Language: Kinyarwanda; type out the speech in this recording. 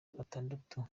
batandatu